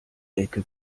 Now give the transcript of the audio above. ecke